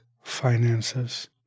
finances